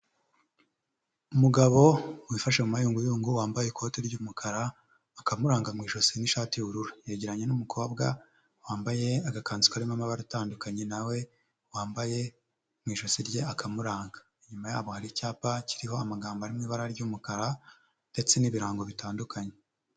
Umugabo wifashe mu mayunguyungu wambaye ikoti ry'umukara, akamuranga mu ijosi n'ishati y'ubururu. Yegeranye n'umukobwa wambaye agakanzu karimo amabara atandukanye nawe wambaye mu ijosi rye akamuranga, inyuma yaho hari icyapa kiriho amagambo arimo ibara ry'umukara ndetse n'ibirango bitandukanye.